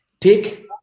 Take